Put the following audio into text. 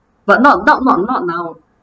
but not not not not now